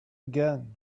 again